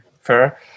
fair